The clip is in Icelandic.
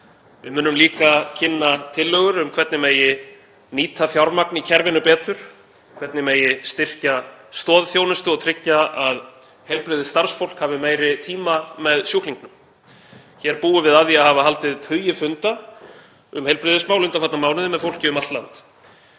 Við munum líka kynna tillögur um hvernig megi nýta fjármagn í kerfinu betur, hvernig megi styrkja stoðþjónustu og tryggja að heilbrigðisstarfsfólk hafi meiri tíma með sjúklingnum. Hér búum við að því að hafa haldið tugi funda um heilbrigðismál undanfarna mánuði með fólki um allt land.